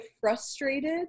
frustrated